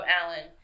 alan